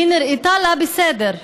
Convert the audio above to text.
היא נראתה לה בסדר.